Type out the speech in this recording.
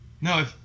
No